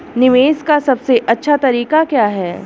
निवेश का सबसे अच्छा तरीका क्या है?